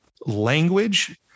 language